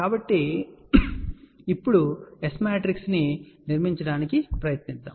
కాబట్టి ఇప్పుడు ఇక్కడ S మ్యాట్రిక్స్ ను నిర్మించడానికి ప్రయత్నిద్దాం